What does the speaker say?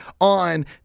on